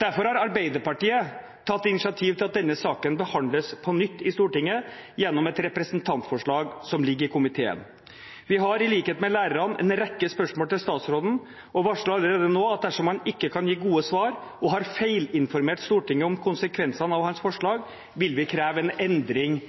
Derfor har Arbeiderpartiet tatt initiativ til at denne saken behandles på nytt i Stortinget gjennom et representantforslag som ligger i komiteen. Vi har i likhet med lærerne en rekke spørsmål til statsråden og varsler allerede nå at dersom han ikke kan gi gode svar, og har feilinformert Stortinget om konsekvensene av sine forslag, vil vi kreve en endring